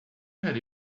quer